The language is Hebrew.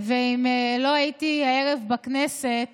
ואם לא הייתי הערב בכנסת